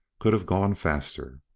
could have gone faster.